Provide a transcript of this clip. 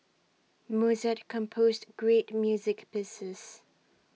Mozart composed great music pieces